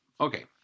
Okay